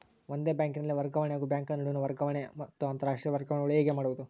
ಒಂದೇ ಬ್ಯಾಂಕಿನಲ್ಲಿ ವರ್ಗಾವಣೆ ಹಾಗೂ ಬ್ಯಾಂಕುಗಳ ನಡುವಿನ ವರ್ಗಾವಣೆ ಮತ್ತು ಅಂತರಾಷ್ಟೇಯ ವರ್ಗಾವಣೆಗಳು ಹೇಗೆ ಮಾಡುವುದು?